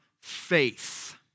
faith